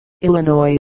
Illinois